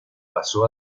pasó